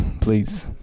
please